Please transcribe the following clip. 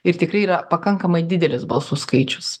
ir tikrai yra pakankamai didelis balsų skaičius